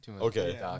Okay